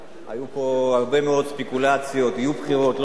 היו פה הרבה מאוד ספקולציות אם יהיו בחירות או לא יהיו בחירות.